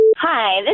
Hi